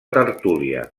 tertúlia